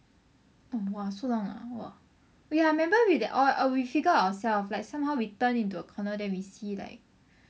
oh !wah! so long ah !wah! oh ya I remember we oh oh we figure out ourself like somehow we turn into a corner then we see like